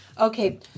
Okay